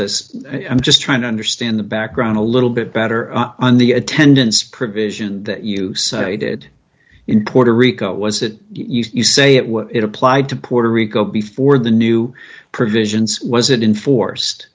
this i'm just trying to understand the background a little bit better on the attendance provision that you cited in puerto rico was it you say it was it applied to puerto rico before the new provisions was it in forced